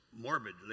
morbidly